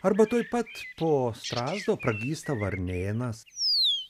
arba tuoj pat po strazdo pragysta varnėnas